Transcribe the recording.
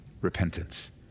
Repentance